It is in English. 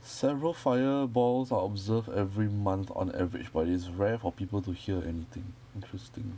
several fireballs are observed every month on average but it's rare for people to hear anything interesting